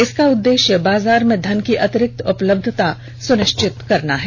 इसका उद्देश्य बाजार में धन की अतिरिक्त उपलब्धता सुनिश्चित करना है